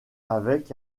avec